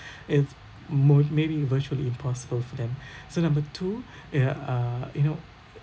it's more maybe virtually impossible for them so number two ya uh you know